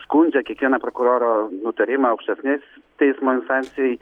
skundžia kiekvieną prokuroro nutarimą aukštesnės teismo instancijai